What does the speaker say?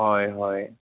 হয় হয়